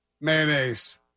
Mayonnaise